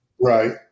Right